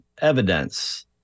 evidence